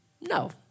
No